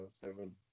seven